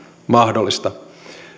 mahdollista